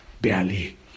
barely